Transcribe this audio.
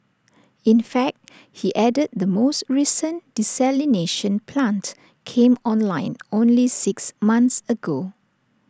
in fact he added the most recent desalination plant came online only six months ago